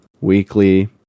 Weekly